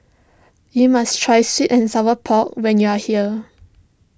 you must try Sweet and Sour Pork when you are here